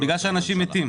זה בגלל שאנשים מתים.